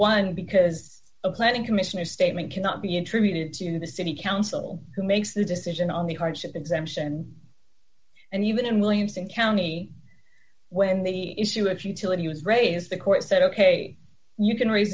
one because of planning commission or statement cannot be attributed to the city council who makes the decision on the hardship exemption and even in williamson county when the issue of utility was raised the court said ok you can r